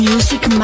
Music